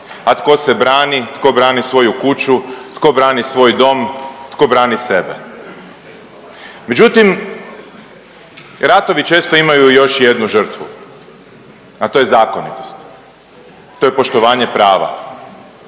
a tko se brani, tko brani svoju kuću, tko brani svoj dom, tko brani sebe. Međutim, ratovi često imaju još jednu žrtvu, a to je zakonitost, to je poštovanje prava,